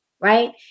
Right